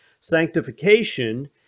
Sanctification